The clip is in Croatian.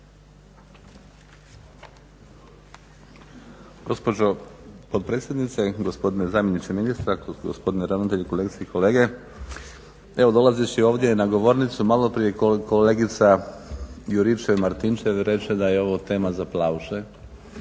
Gospođo potpredsjednice, gospodine zamjeniče ministra kao i gospodine ravnatelj, kolegice i kolege. Evo, dolazeći ovdje na govornicu maloprije kolegica Juričev-Martinčev reče da je ovo tema za plavuše.